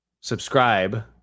subscribe